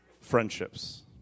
friendships